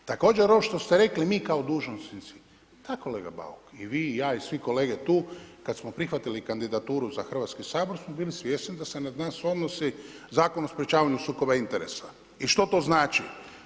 Također ovo što ste rekli, mi kao dužnosnici, da kolega Bauk, i vi, i ja i svi kolege tu kad smo prihvatili kandidaturu za Hrvatski sabor smo bili svjesni da se na nas odnosi Zakon o sprječavanju sukoba interesa i što to znači.